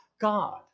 God